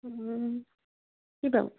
কি বাৰু